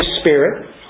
Spirit